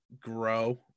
grow